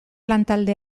lantalde